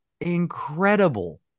incredible